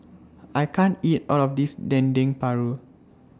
I can't eat All of This Dendeng Paru